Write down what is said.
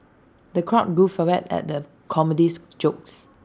the crowd guffawed at the comedian's jokes